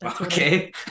Okay